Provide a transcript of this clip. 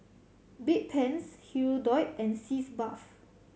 Bedpans Hirudoid and Sitz Bath